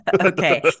Okay